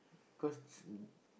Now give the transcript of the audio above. cause